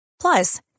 Plus